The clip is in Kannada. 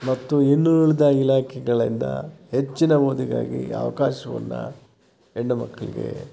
ಮತ್ತು ಇನ್ನುಳಿದ ಇಲಾಖೆಗಳಿಂದ ಹೆಚ್ಚಿನ ಓದಿಗಾಗಿ ಅವಕಾಶವನ್ನು ಹೆಣ್ಣುಮಕ್ಕಳಿಗೆ